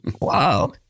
Wow